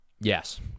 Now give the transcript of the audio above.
Yes